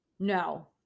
no